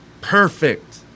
perfect